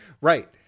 Right